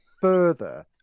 further